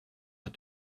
had